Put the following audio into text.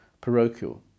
parochial